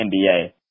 NBA